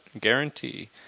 guarantee